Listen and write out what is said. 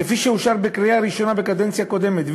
כפי שאושר בקריאה ראשונה בקדנציה הקודמת,